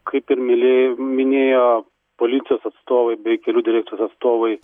kaip ir mylė minėjo policijos atstovai bei kelių direkcijos atstovai